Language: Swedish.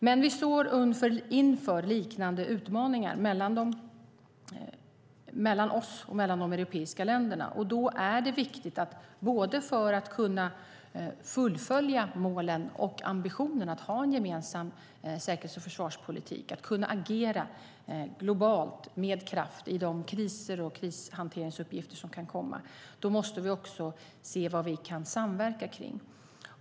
Men vi och övriga europeiska länder står inför liknande utmaningar. För att kunna fullfölja målen och ambitionen att ha en gemensam säkerhets och försvarspolitik och kunna agera globalt med kraft i de kriser och krishanteringsuppgifter som kan komma måste vi därför se vad vi kan samverka kring.